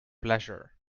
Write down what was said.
pleasure